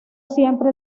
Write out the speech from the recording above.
siempre